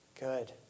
good